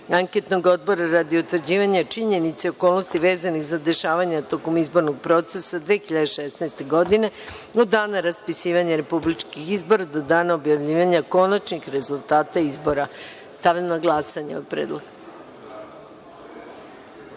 anketnog odbora radi utvrđivanja činjenica i okolnosti vezanih za dešavanje tokom izbornog procesa 2016. godine od dana raspisivanja republičkih izbora do dana objavljivanja konačnih rezultata izbora. Stavljam na glasanje. Zaključujem